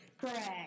Correct